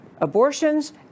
abortions